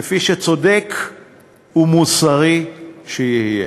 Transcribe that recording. כפי שצודק ומוסרי שיהיה.